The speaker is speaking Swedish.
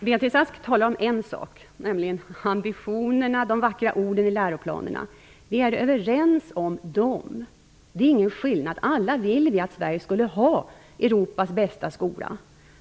Herr talman! Beatrice Ask talar om en sak, nämligen ambitionerna, de vackra orden i läroplanerna. Vi är överens om dem. Där finns ingen skillnad. Alla vill vi att Sverige skall ha Europas bästa skola.